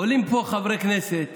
עולים לפה חברי כנסת